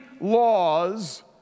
laws